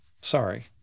sorry